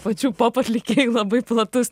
pačių pop atlikėjų labai platus